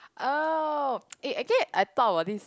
oh eh actually I thought about this